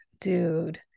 dude